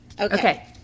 Okay